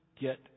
get